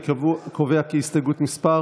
אני קובע כי הסתייגות מס'